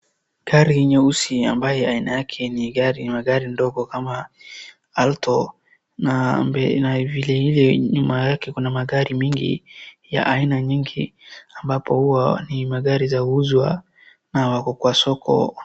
Gari nyeusi ambaye aina yake ni gari ndogo kama Alto na vile vile nyuma yake kuna magari mingi ya aina nyingi, ambapo huwa ni magari huzwa na wako kwa soko.